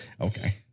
Okay